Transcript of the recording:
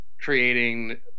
creating